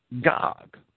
Gog